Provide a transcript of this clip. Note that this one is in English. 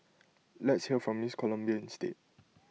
let's hear from miss Colombia instead